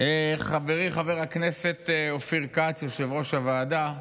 חברי חבר הכנסת אופיר כץ, יושב-ראש הוועדה,